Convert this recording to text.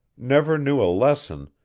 never knew a lesson,